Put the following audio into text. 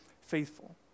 faithful